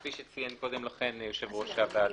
כפי שציין קודם לכן יושב ראש הוועדה.